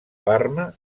parma